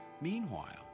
Meanwhile